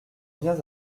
viens